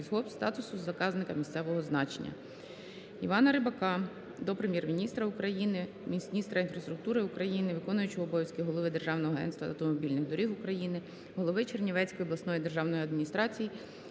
статусу заказника місцевого значення". Івана Рибака до Прем'єр-міністра України, міністра інфраструктури України, виконуючого обов'язки голови Державного агентства автомобільних доріг України, голови Чернівецької обласної державної адміністрації